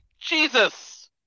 Jesus